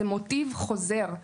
זה מוטיב חוזר.